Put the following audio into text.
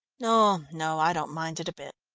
no, no, i don't mind it a bit.